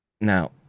now